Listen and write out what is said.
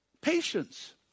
Patience